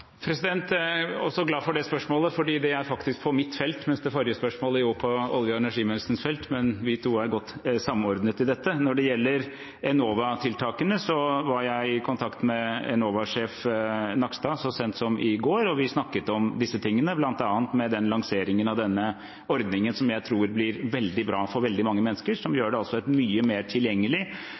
glad for det spørsmålet også, for det er faktisk knyttet til mitt felt, mens det forrige spørsmålet var knyttet til olje- og energiministerens felt, men vi er godt samordnet på dette. Når det gjelder Enova-tiltakene, var jeg i kontakt med Enova-sjefen, Nils Kristian Nakstad, så sent som i går. Vi snakket om disse tingene, bl.a. med lanseringen av denne ordningen, som jeg tror blir veldig bra for veldig mange mennesker. Den vil gjøre det mye mer tilgjengelig